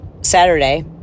Saturday